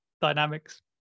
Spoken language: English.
dynamics